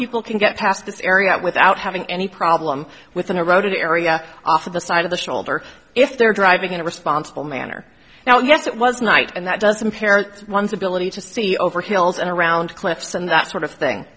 people can get past this area without having any problem with a road area off of the side of the shoulder if they're driving in a responsible manner now yes it was night and that doesn't parents one's ability to see over hills and around cliffs and that sort of thing